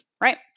right